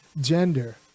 gender